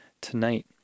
tonight